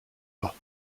pas